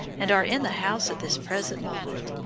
and are in the house at this present moment.